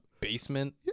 basement